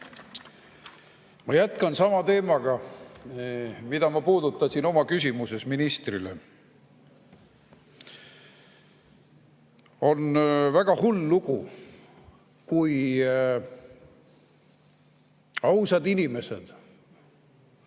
Ma jätkan sama teemaga, mida ma puudutasin oma küsimuses ministrile. On väga hull lugu, kui ausad inimesed,